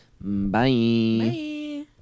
Bye